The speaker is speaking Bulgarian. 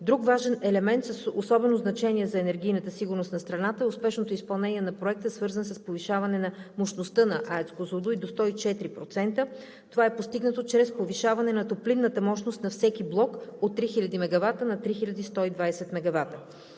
Друг важен елемент с особено значение за енергийната сигурност на страната е успешното изпълнение на проекта, свързан с повишаване на мощността на АЕЦ „Козлодуй“ до 104%. Това е постигнато чрез повишаване на топлинната мощност на всеки блок от 3000 мегавата на 3120 мегавата.